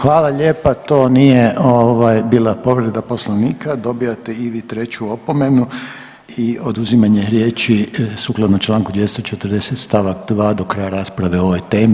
Hvala lijepa to nije ovaj bila povreda Poslovnika dobijate i vi treću opomenu i oduzimanje riječi sukladno Članku 240. stavak 2. do kraja rasprave o ovoj temi.